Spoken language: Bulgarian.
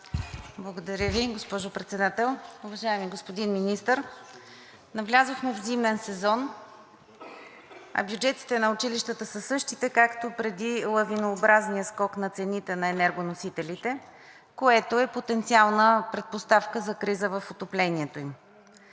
Благодаря Ви, госпожо Председател. Уважаеми господин Министър, навлязохме в зимен сезон, а бюджетите на училищата са същите, както преди лавинообразния скок на цените на енергоносителите, което е потенциална предпоставка за криза в отоплението им.